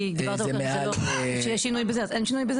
כי דיברתם על כך שיש שינוי בזה; אין שינוי?